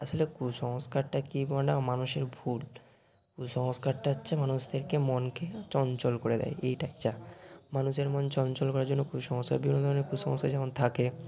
আসলে কুসংস্কারটা কী বলা মানুষের ভুল কুসংস্কারটা হচ্ছে মানুষদেরকে মনকে চঞ্চল করে দেয় এইটাই যা মানুষের মন চঞ্চল করার জন্য কুসংস্কার বিভিন্ন ধরনের কুসংস্কার যেমন থাকে